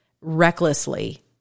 recklessly